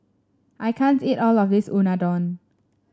I can't eat all of this Unadon